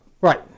Right